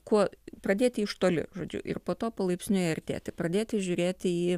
kuo pradėti iš toli žodžiu ir po to palaipsniui artėti pradėti žiūrėti į